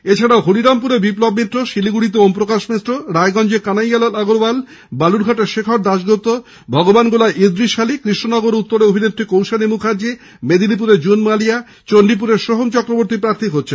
এছাড়াও হরিরামপুরে বিপ্লব মিত্র শিলিগুড়িতে ওমপ্রকাশ মিশ্র রায়গঞ্জে কানাইয়ালাল আগরওয়াল বালুরঘাটে শেখর দাশগুপ্ত ভগবানগোলায় ইদ্রিশ আলি কৃষ্ণনগর উত্তরে অভিনেত্রী কৌশানী মুখার্জী মেদিনীপুরে জুন মালিয়া চন্ডীপুরে সোহম চক্রবর্তী প্রার্থী হচ্ছেন